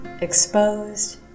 exposed